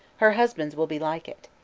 her husband's will be like it.